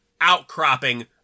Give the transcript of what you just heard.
outcropping